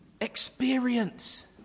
experience